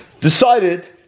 decided